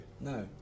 no